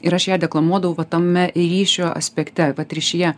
ir aš ją deklamuodavau va tame ir ryšio aspekte vat ryšyje